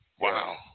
Wow